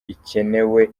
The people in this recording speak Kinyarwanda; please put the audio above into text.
ikenewe